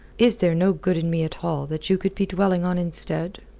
is there no good in me at all that you could be dwelling on instead?